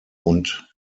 und